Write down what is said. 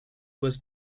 was